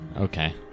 Okay